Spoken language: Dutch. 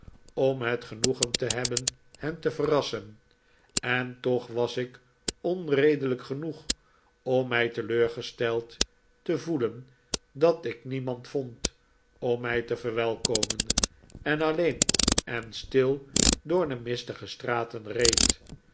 om het genoegen te hebben hen te verrassen en toch was ik onredelijk genoeg om mij teleurgesteld te voelen dat ik niemand vond om mij te verwelkomen en alleen en stil door de mistige straten reed